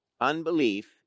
unbelief